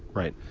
right.